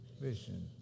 vision